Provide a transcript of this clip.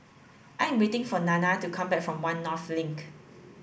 I am waiting for Nana to come back from One North Link